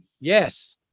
Yes